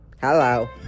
Hello